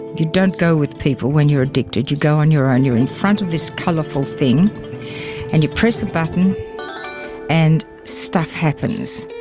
you don't go with people when you're addicted, you go on your own, you're in front of this colourful thing and you press a button and stuff happens.